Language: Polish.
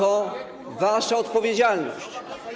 To wasza odpowiedzialność.